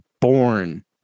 born